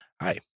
Hi